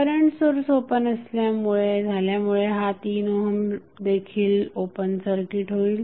current source open circuit झाल्यामुळे हा 3 ohm देखील ओपन सर्किट होईल